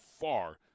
far